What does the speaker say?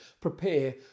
prepare